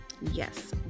Yes